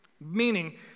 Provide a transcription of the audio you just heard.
Meaning